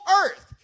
earth